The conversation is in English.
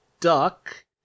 duck